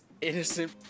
innocent